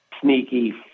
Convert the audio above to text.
sneaky